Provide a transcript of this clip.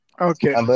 Okay